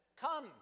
come